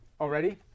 Already